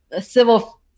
civil